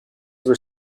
were